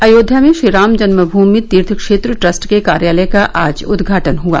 अयोध्या में श्रीराम जन्मभूमि तीर्थ क्षेत्र ट्रस्ट के कार्यालय का आज उद्घाटन हुआ